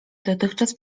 dotychczas